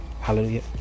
Hallelujah